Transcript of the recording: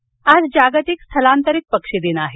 पक्षी आज जागतिक स्थलांतरित पक्षी दिन आहे